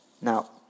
Now